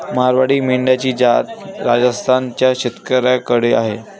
मारवाडी मेंढ्यांची जात राजस्थान च्या शेतकऱ्याकडे आहे